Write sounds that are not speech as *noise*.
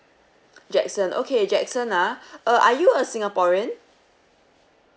*noise* jackson okay jackson ah *breath* uh are you a singaporean